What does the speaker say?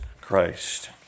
Christ